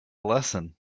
lesson